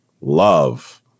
love